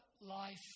life